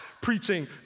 preaching